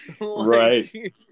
Right